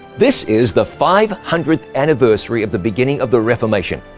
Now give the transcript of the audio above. this is the five hundredth anniversary of the beginning of the reformation,